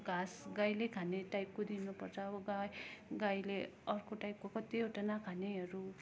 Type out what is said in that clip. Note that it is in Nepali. घाँस गाईले खाने टाइपको दिनुपर्छ अब गाई गाईले अर्को टाइपको कतिवटा नाखानेहरू